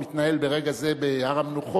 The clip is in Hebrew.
המתנהל ברגע זה בהר-המנוחות,